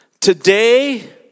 Today